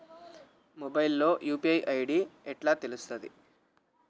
Mobile లో UPI ID ఎట్లా తెలుస్తది?